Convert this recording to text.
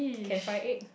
can fry egg